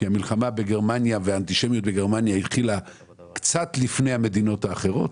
כי המלחמה והאנטישמיות בגרמניה התחילו קצת או הרבה לפני המדינות האחרות.